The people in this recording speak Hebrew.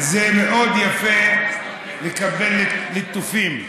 למה, זה מאוד יפה לקבל ליטופים,